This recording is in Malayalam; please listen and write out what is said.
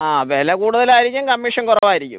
ആ വില കൂടുതലായിരിക്കും കമ്മീഷന് കുറവായിരിക്കും